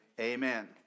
Amen